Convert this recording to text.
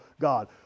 God